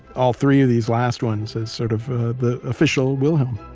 all three of these last ones, as sort of the official wilhelm